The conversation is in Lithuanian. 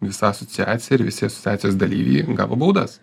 visa asociacija ir visi asociacijos dalyviai gavo baudas